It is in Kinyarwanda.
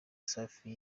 safi